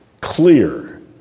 clear